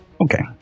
Okay